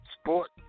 sport